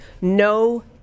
no